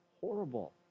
horrible